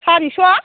सारिस'